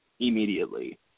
immediately